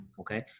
Okay